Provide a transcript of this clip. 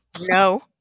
No